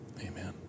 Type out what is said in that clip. amen